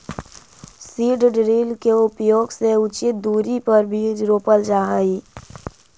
seed drill के उपयोग से उचित दूरी पर बीज रोपल जा हई